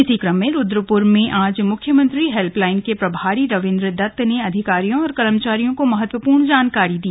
इसी क्रम में रुद्रपुर में आज मुख्यमंत्री हेल्पलाइन के प्रभारी रविंद्र दत्त ने अधिकारियों और कर्मचारियों को महत्वपूर्ण जानकारी दी